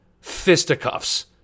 fisticuffs